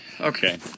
Okay